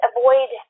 Avoid